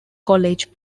college